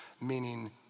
meaning